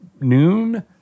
noon